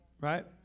Right